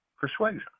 persuasion